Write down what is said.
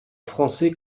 français